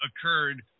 occurred